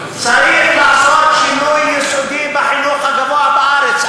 צריך לעשות שינוי יסודי בחינוך הגבוה בארץ.